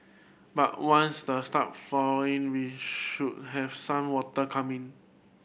but once the start flowering we should have some water coming in